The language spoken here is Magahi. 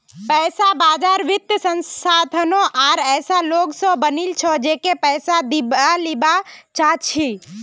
पैसा बाजार वित्तीय संस्थानों आर ऐसा लोग स बनिल छ जेको पैसा लीबा या दीबा चाह छ